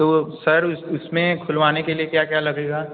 तो सर उस उसमें खुलवाने के लिए क्या क्या लगेगा